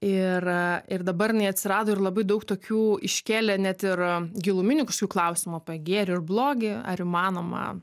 ir ir dabar jinai atsirado ir labai daug tokių iškėlė net ir giluminių kažkokių klausimų apie gėrį ir blogį ar įmanoma